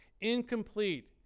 incomplete